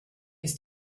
ist